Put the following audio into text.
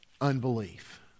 unbelief